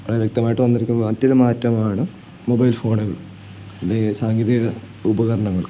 വളരെ വ്യക്തമായിട്ട് വന്നിരിക്കുന്ന മറ്റൊരു മാറ്റമാണ് മൊബൈൽ ഫോണുകൾ അത് സാങ്കേതിക ഉപകരണങ്ങൾ